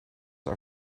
are